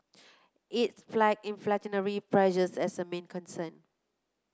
it flagged inflationary pressures as a main concern